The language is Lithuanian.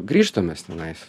grįžtam mes tenais